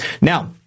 now